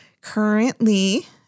currently